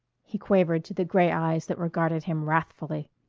he quavered to the gray eyes that regarded him wrathfully.